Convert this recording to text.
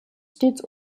stets